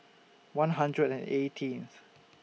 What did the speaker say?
one hundred and eighteenth